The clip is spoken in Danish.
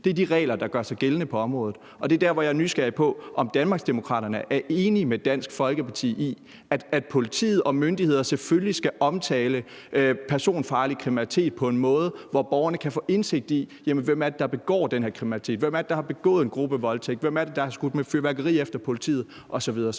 Det er de regler, der gør sig gældende på området, og det er der, hvor jeg er nysgerrig på, om Danmarksdemokraterne er enige med Dansk Folkeparti i, at politiet og myndighederne selvfølgelig skal omtale personfarlig kriminalitet på en måde, hvor borgerne kan få indsigt i, hvem det er, der begår den her kriminalitet, hvem det er, der har begået en gruppevoldtægt, hvem det er, der har skudt med fyrværkeri efter politiet osv.